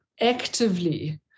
actively